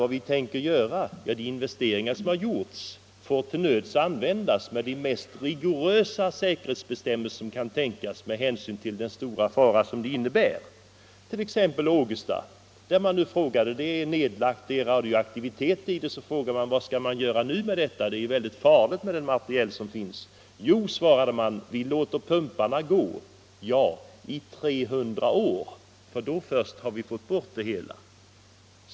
Vår inställning är att de investeringar som gjorts till nöds får användas, men vi skall ha de mest rigorösa säkerhetsbestämmelser som kan tänkas. Ta Ågesta som exempel! Det verket är nu nedlagt, och det har då frågats vad man skall göra med den radioaktivitet som där finns. ”Jo”, svarar man, ”vi låter pumparna gå”. Ja, i 300 år — då först har vi fått bort radioaktiviteten.